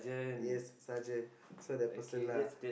yes surgeon so that person lah